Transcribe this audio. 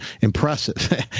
impressive